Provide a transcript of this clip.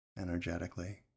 energetically